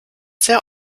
sehr